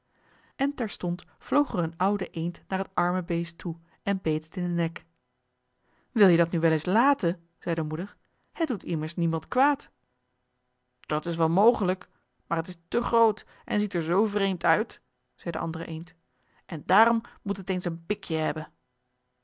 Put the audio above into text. en terstond vloog er een oude eend naar het arme beest toe en beet het in den nek wil je dat nu wel eens laten zei de moeder het doet immers niemand kwaad dat is wel mogelijk maar het is te groot en ziet er zoo vreemd uit zei de andere eend en daarom moet het eens een pikje hebben